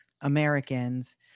Americans